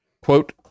Quote